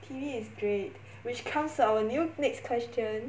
T_V is great which comes to our new next question